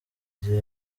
gihe